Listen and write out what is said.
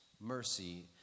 mercy